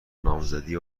نامزدی